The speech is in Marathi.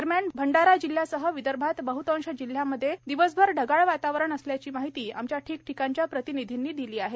दरम्यान भंडारा जिल्ह्यासह विदर्भात बहतांश जिल्ह्यांमध्ये दिवसभर ढगाळ वातावरण असल्याची माहिती आमच्या ठिकठिकाणच्या प्रतिनिधींनी दिली आहे